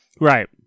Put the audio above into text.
Right